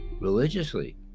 religiously